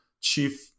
chief